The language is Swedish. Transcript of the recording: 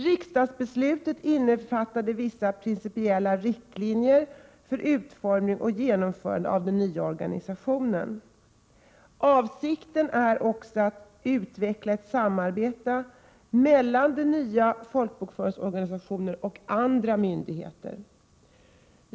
Riksdagsbeslutet innefattade vissa principiella riktlinjer för utformning och genomförande av den nya organisationen. Avsikten är också att utveckla ett samarbete mellan den nya folkbokföringsorganisationen och andra myndigheter.